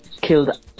killed